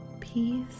peace